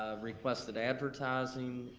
requested advertising,